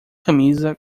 camisa